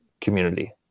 community